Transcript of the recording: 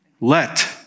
Let